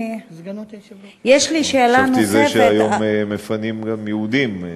חשבתי שהיום מפנים גם יהודים.